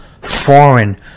foreign